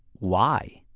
why?